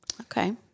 Okay